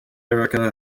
erika